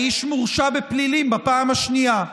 האיש מורשע בפלילים בפעם השנייה.